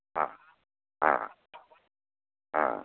ஆ ஆ ஆ